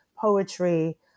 poetry